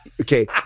okay